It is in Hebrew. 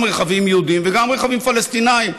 גם רכבים יהודיים וגם רכבים פלסטיניים.